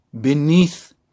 beneath